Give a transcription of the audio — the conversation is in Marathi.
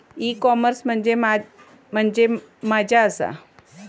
ई कॉमर्स म्हणजे मझ्या आसा?